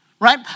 Right